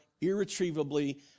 irretrievably